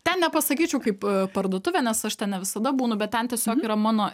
ten nepasakyčiau kaip parduotuvė nes aš ten ne visada būnu bet ten tiesiog yra mano